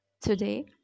today